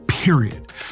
period